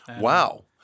Wow